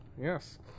Yes